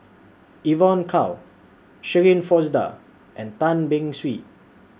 Evon Kow Shirin Fozdar and Tan Beng Swee